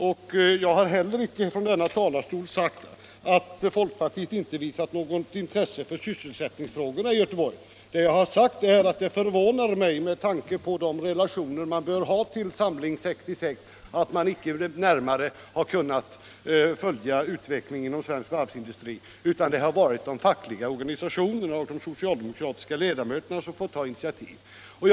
Jag har inte heller från denna talarstol sagt att folkpartiet inte visat något intresse för sysselsättningsfrågorna i Göteborg. Vad jag sagt är att det förvånar mig, med tanke på de relationer man bör ha till Samling 66, att man icke närmare har kunnat följa utvecklingen inom svensk varvsindustri. Det har varit de fackliga organisationerna och de socialdemokratiska ledamöterna som fått ta initiativet.